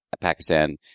Pakistan